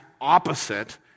opposite